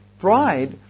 Pride